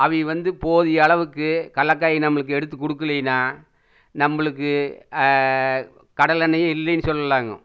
அவங்க வந்து போதிய அளவுக்கு கடலக்காய் நம்மளுக்கு எடுத்து கொடுக்கலினா நம்மளுக்கு கடலெண்ணெய்யே இல்லேனு சொல்லலாங்க